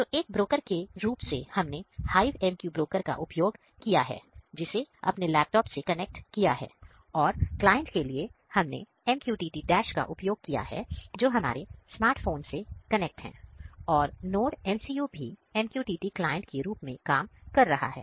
तो एक ब्रोकर के रूप से हमने HiveMQ ब्रोकर का उपयोग किया है जिसे अपने लैपटॉप से कनेक्ट किया है और क्लाइंट के लिए हमने MQTT Dash का उपयोग किया है जो हमारे स्मार्ट फोन से कनेक्ट है और NodeMCU भी MQTT क्लाइंट के रूप में काम कर रहा है